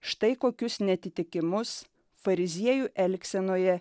štai kokius neatitikimus fariziejų elgsenoje